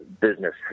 business